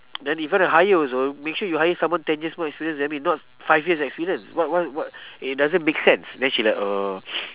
then if wanna hire also make sure you hire someone ten years more experience than me not five years experience what what what it doesn't make sense then she like uh